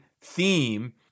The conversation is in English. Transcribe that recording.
theme